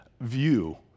view